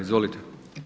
Izvolite.